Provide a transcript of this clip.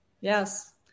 Yes